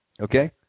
Okay